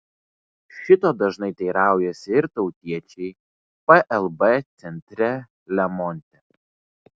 šito dažnai teiraujasi ir tautiečiai plb centre lemonte